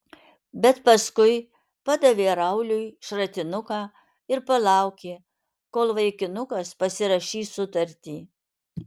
bet paskui padavė rauliui šratinuką ir palaukė kol vaikinukas pasirašys sutartį